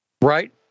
Right